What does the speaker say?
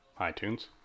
iTunes